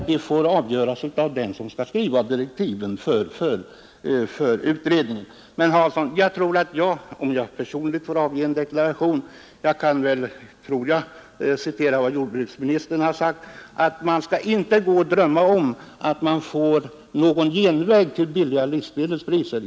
De får avgöras av dem som skall skriva direktiven för utredningen. Men om jag personligen får avge en deklaration, vill jag hänvisa till vad jordbruksministern sagt, nämligen att man inte skall gå och drömma om någon genväg till låga livsmedelspriser.